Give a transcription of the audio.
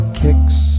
kicks